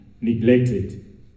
neglected